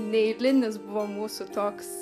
neeilinis buvo mūsų toks